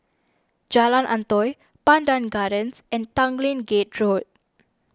Jalan Antoi Pandan Gardens and Tanglin Gate Road